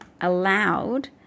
allowed